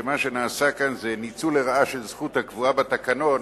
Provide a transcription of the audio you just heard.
שמה שנעשה כאן זה ניצול לרעה של זכות הקבועה בתקנון,